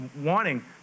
wanting